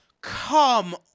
come